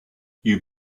you